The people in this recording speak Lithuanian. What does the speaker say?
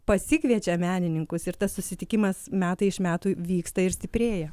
pasikviečia menininkus ir tas susitikimas metai iš metų vyksta ir stiprėja